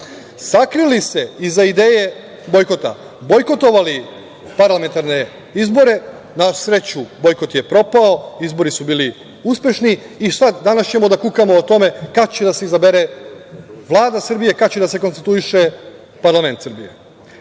sakrili si iza ideje bojkota, bojkotovali parlamentarne izbore i na sreću bojkot je propao, izbori su bili uspešni i danas ćemo da kukamo o tome kada će da se izabere Vlada Srbije, kada će da se konstituiše parlament Srbije. Ti